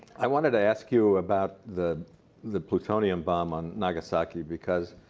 i wanted to ask you about the the plutonium bomb on nagasaki. because